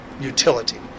utility